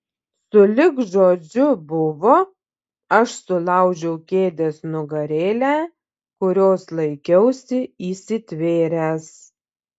sulig žodžiu buvo aš sulaužiau kėdės nugarėlę kurios laikiausi įsitvėręs